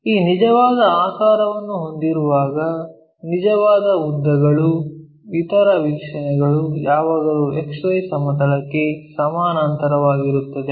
ಈ ನಿಜವಾದ ಆಕಾರವನ್ನು ಹೊಂದಿರುವಾಗ ನಿಜವಾದ ಉದ್ದಗಳು ಇತರ ವೀಕ್ಷಣೆಗಳು ಯಾವಾಗಲೂ XY ಸಮತಲಕ್ಕೆ ಸಮಾನಾಂತರವಾಗಿರುತ್ತವೆ